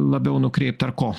labiau nukreipti ar ko